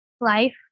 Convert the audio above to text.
life